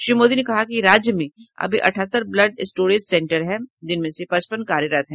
श्री मोदी ने कहा कि राज्य में अभी अठहत्तर ब्लड स्टोरेज सेंटर हैं जिनमें से पचपन कार्यरत हैं